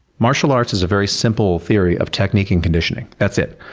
martial arts is a very simple theory of technique and conditioning. that's it.